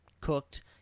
cooked